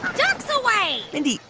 ducks away mindy,